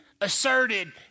Asserted